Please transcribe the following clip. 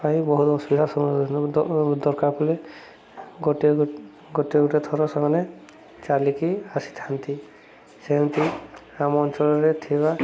ପାଇଁ ବହୁତ ଅସୁବିଧାର ଦରକାର ପଡ଼ିଲେ ଗୋଟେ ଗୋଟେ ଗୋଟେ ଥର ସେମାନେ ଚାଲିକି ଆସିଥାନ୍ତି ସେମିତି ଆମ ଅଞ୍ଚଳରେ ଥିବା